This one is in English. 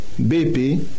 BP